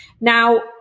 Now